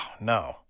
no